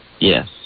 Yes